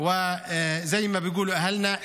כמו שאנשינו אומרים,